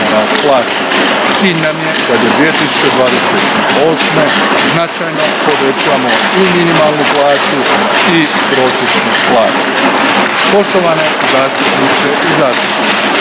Cilj nam je da do 2028. značajno povećamo i minimalnu plaću i prosječnu plaću. Poštovane zastupnice i zastupnici,